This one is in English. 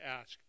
ask